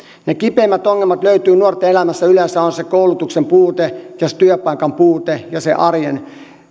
ne kipeimmät ongelmat nuorten elämässä yleensä ovat se koulutuksen puute ja se työpaikan puute ja se arjen